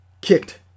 kicked